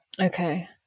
Okay